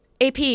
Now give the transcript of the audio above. AP